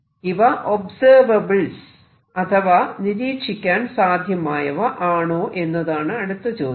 ഇവ ഒബ്സെർവബിൾസ് അഥവാ നിരീക്ഷിക്കാൻ സാധ്യമായവ ആണോ എന്നതാണ് അടുത്ത ചോദ്യം